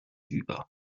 über